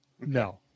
No